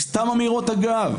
היא סתם אמירות אגב.